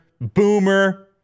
Boomer